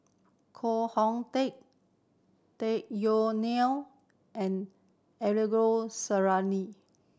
Koh Hong Teng Tung Yue Nang and Angelo Sanelli